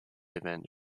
event